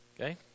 okay